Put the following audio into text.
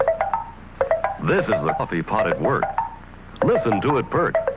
um like coffee-pot at work listen to it perk.